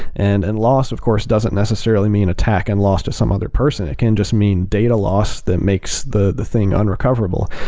and and loss of course doesn't necessarily mean attack and loss to some other person. it can just mean data loss that makes the the thing unrecoverable.